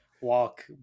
walk